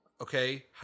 okay